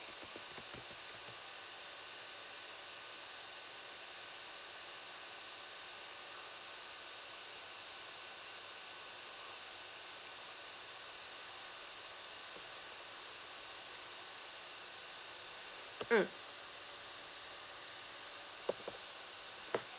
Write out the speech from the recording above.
mm